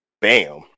Bam